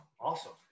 awesome